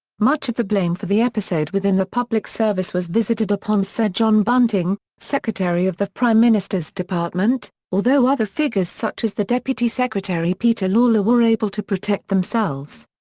much of the blame for the episode within the public service was visited upon sir john bunting, secretary of the prime minister's department, although other figures such as the deputy secretary peter lawler were able to protect themselves.